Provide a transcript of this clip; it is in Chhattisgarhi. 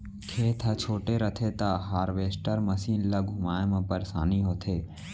खेत ह छोटे रथे त हारवेस्टर मसीन ल घुमाए म परेसानी होथे